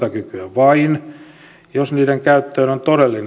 toimintakykyä vain jos niiden käyttöön on helppo yhtyä